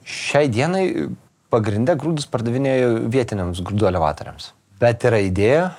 šiai dienai pagrinde grūdus pardavinėju vietiniams grūdų elevatoriams bet yra idėja